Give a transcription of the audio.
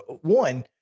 one